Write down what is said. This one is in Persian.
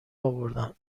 آوردن